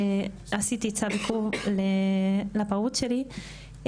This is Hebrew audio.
עשיתי צו עיכוב לפרוד שלי,